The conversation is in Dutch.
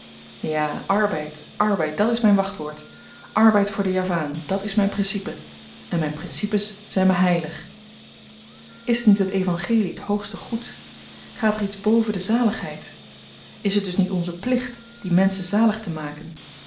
ja arbeid arbeid dat is myn wachtwoord arbeid voor den javaan dat is myn principe en myn principes zyn me heilig is niet het evangelie t hoogste goed gaat er iets boven de zaligheid is het dus niet onze plicht die menschen zalig te maken